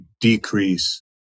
decrease